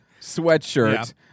sweatshirt